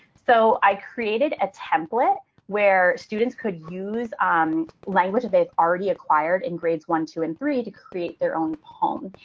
so i created a template where students could use um language they've already acquired in grades one, two and three to create their own poem.